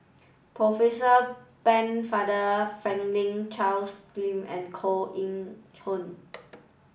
Percy Pennefather Franklin Charles Gimson and Koh Eng Hoon